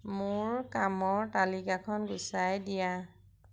মোৰ কামৰ তালিকাখন গুচাই দিয়া